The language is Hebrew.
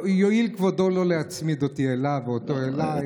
יואיל כבודו לא להצמיד אותי אליו ואותו אליי.